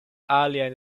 aliaj